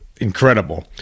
incredible